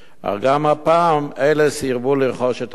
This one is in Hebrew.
אך גם הפעם אלה סירבו לרכוש את הקרקע.